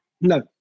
No